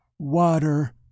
Water